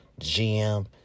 GM